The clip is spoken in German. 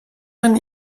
man